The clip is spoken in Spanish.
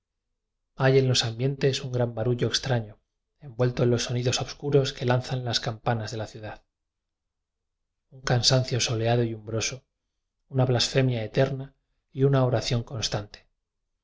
hay en los ambientes un gran barullo extraño envuelto en los sonidos obscuros que lanzan las campanas de la ciudad un cansancio soleado y umbroso una blasfemia eterna y una oración constante